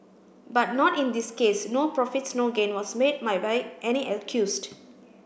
but not in this case no profits no gain was made my by any accused